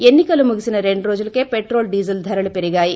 ఎన్నికల ముగిసిన రెండ్రోజులకే పెట్రోల్ డీజిల్ ధరలు పెరిగాయి